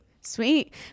Sweet